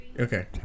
Okay